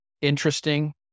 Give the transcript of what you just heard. interesting